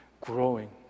growing